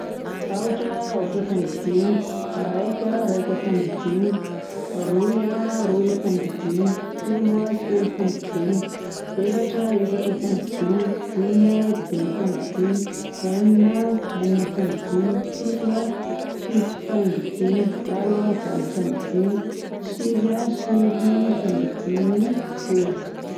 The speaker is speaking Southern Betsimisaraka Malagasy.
Aotra, aotra faingo dimy, raika a, raika faingo dimy, roa, roa faingo dimy, telo a, telo faingo dimy, efatra a, efatra faingo dimy, dimy a, dimy faingo dimy, enina, enina faingo dimy, fito a, fito faingo dimy, valo a, valo faingo dimy, sivy a, sivy faingo dimy, folo.